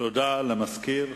תודה למזכיר.